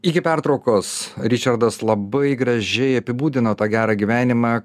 iki pertraukos ričardas labai gražiai apibūdino tą gerą gyvenimą